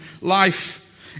life